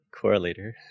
Correlator